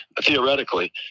theoretically